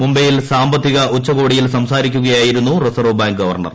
മുംബൈയിൽ സാമ്പത്തിക ഉച്ചകോടിയിൽ സംസാരിക്കുകയായിരുന്നു റിസർവ് ബാങ്ക് ഗവർണർ